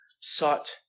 sought